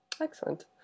Excellent